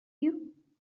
you